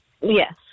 Yes